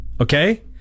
okay